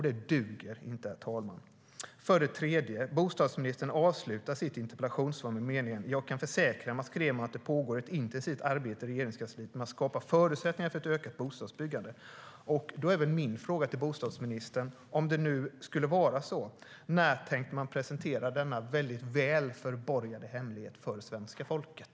Det duger inte, herr talman.